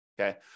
okay